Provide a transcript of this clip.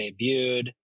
debuted